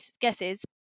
guesses